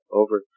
over